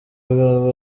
biba